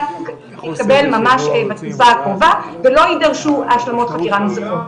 שההחלטה תתקבל ממש בתקופה הקרובה ולא יידרשו השלמות חקירה נוספות,